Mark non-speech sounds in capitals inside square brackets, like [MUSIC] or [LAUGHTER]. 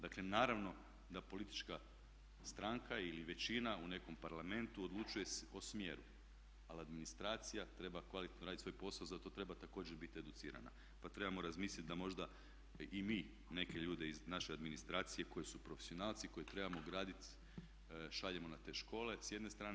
Dakle naravno da politička stranka ili većina u nekom parlamentu odlučuje o smjeru ali administracija treba kvalitetno raditi svoj posao zato treba također biti educirana pa trebamo razmisliti da možda i mi neke ljude iz naše administracije koji su profesionalci koje trebamo … [UNINTELLIGIBLE] šaljemo na te škole s jedne strane.